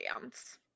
dance